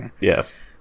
Yes